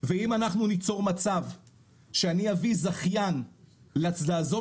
ואם אנחנו ניצור מצב שאני אביא זכיין לעזוב